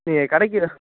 நீங்கள் கடைக்கு ரெ